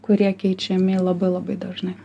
kurie keičiami labai labai dažnai